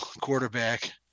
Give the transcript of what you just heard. quarterback